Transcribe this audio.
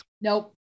nope